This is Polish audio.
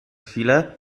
chwilę